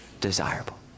desirable